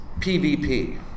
PvP